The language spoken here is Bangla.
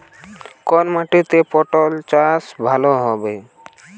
কোন মাটিতে পটল চাষ ভালো হবে?